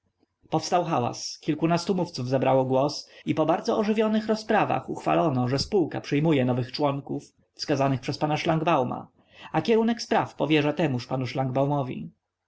powstał hałas kilkunastu mówców zabrało głos i po bardzo ożywionych rozprawach uchwalono że spółka przyjmuje nowych członków wskazanych przez pana szlangbauma a kierunek spraw powierza temuż panu